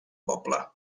poble